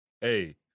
Hey